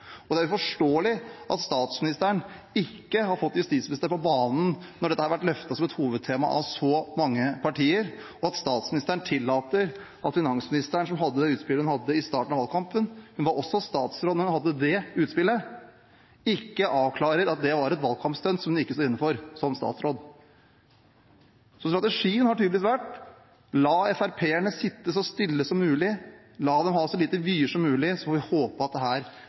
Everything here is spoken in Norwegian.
Og det er uforståelig at statsministeren ikke har fått justisministeren på banen når dette har vært løftet som et hovedtema av så mange partier, og at statsministeren tillater at finansministeren, som hadde det utspillet hun hadde i starten av valgkampen – hun var også statsråd da hun hadde det utspillet – ikke avklarer at det var et valgkampstunt som hun ikke står inne for som statsråd. Strategien har tydeligvis vært: La FrP-erne sitte så stille som mulig, la dem ha så lite vyer som mulig, og så får vi håpe at dette går over. Så er det